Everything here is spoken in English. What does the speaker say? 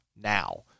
now